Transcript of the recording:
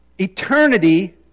eternity